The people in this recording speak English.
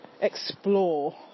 explore